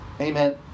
Amen